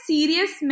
Serious